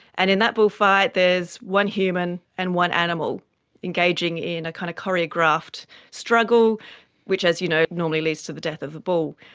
and in that bullfight there's one human and one animal engaging in a kind of choreographed struggle which, as you know, normally leads to the death of the bull.